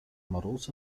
models